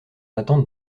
attente